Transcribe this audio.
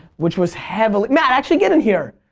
which was heavily, matt actually get in here.